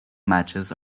matches